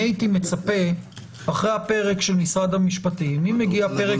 הייתי מצפה אחרי הפרק של משרד המשפטים אם מגיע פרק